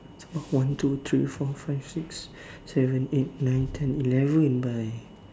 one two three four five six seven eight nine ten eleven by